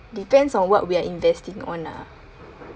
depends on what we are investing on ah